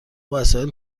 وسایل